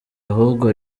ahubwo